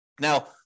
Now